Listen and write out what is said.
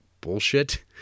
bullshit